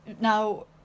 Now